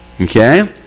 Okay